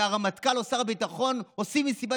והרמטכ"ל או שר הביטחון היו עושים מסיבת